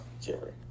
Jerry